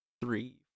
three